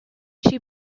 she